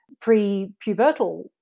pre-pubertal